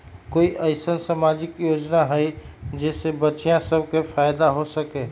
कोई अईसन सामाजिक योजना हई जे से बच्चियां सब के फायदा हो सके?